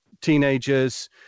teenagers